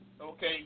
okay